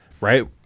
Right